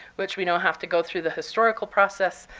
which we don't have to go through the historical process,